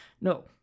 No